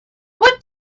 what